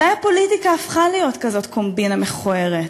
מתי הפוליטיקה הפכה להיות כזאת קומבינה מכוערת?